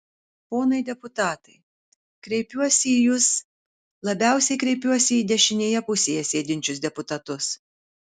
ponai deputatai kreipiuosi į jus labiausiai kreipiuosi į dešinėje pusėje sėdinčius deputatus